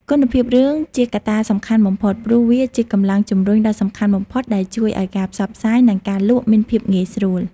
គុណភាពរឿងជាកត្តាសំខាន់បំផុត ព្រោះវាជាកម្លាំងជំរុញដ៏សំខាន់បំផុតដែលជួយឲ្យការផ្សព្វផ្សាយ និងការលក់មានភាពងាយស្រួល។